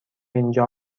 اینجا